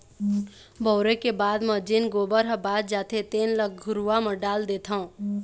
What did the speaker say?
बउरे के बाद म जेन गोबर ह बाच जाथे तेन ल घुरूवा म डाल देथँव